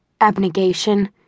Abnegation